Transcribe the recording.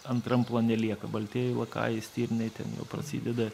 antram plane lieka baltieji lakajai stirniai ten jau prasideda